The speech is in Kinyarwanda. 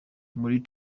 muri